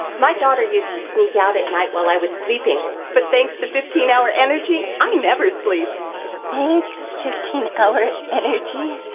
my daughter used to sneak out at night while i was sleeping but thanks to fifteen hour energy, i never sleep thanks fifteen hour energy